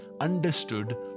understood